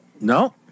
No